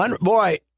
Boy